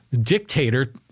dictator